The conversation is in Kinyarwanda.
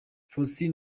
faustin